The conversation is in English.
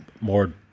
more